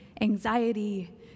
anxiety